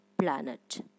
planet